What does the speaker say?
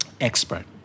Expert